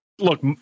look